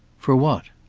for what?